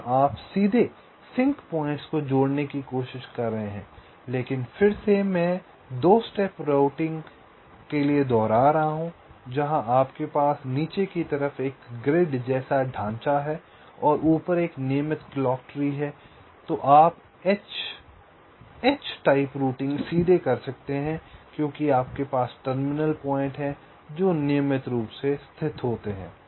जहाँ आप सीधे सिंक पॉइंट्स को जोड़ने की कोशिश कर रहे हैं लेकिन फिर से मैं 2 स्टेप राउटिंग के लिए दोहरा रहा हूँ जहाँ आपके पास नीचे की तरफ एक ग्रिड जैसा ढांचा है और ऊपर एक नियमित क्लॉक ट्री है तो आप H H टाइप रूटिंग सीधे कर सकते हैं क्योंकि आपके पास टर्मिनल पॉइंट हैं जो नियमित रूप से स्तिथ होते हैं